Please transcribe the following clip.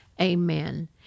amen